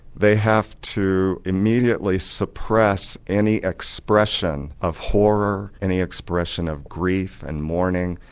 they have to immediately suppress any expression of horror, any expression of grief and mourning,